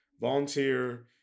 volunteer